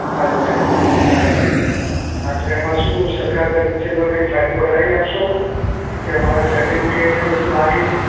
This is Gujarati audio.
હા અચ્છા અચ્છા અચ્છા ના જો એમાં શું સરકાર તરફથી એનો કાંઈ ફાયદો કરાવી આપશો કે અમારે સર્ટિફિકેટને બધું બાકી